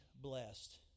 blessed